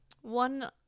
One